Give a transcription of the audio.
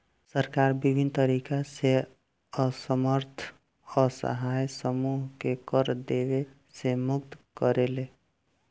सरकार बिभिन्न तरीकन से असमर्थ असहाय समूहन के कर देवे से मुक्त करेले